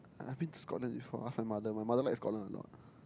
I've been to Scotland before ask my mother my mother like Scotland a lot